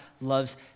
loves